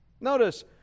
Notice